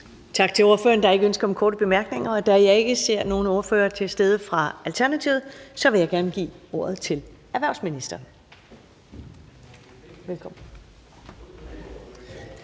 Tak til ordføreren. Der er ikke ønske om korte bemærkninger, og da jeg ikke ser nogen ordfører til stede fra Alternativet, vil jeg gerne give ordet til erhvervsministeren. Velkommen.